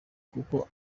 kuko